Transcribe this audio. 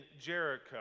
Jericho